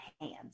hands